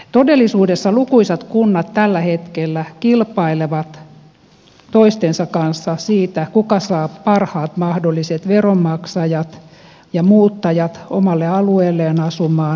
todellisuudessa lukuisat kunnat tällä hetkellä kilpailevat toistensa kanssa siitä kuka saa parhaat mahdolliset veronmaksajat ja muuttajat omalle alueelleen asumaan